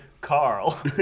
Carl